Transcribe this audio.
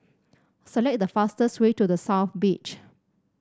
select the fastest way to The South Beach